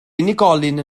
unigolyn